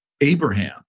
Abraham